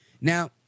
Now